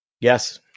Yes